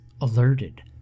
alerted